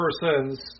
persons